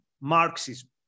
Marxism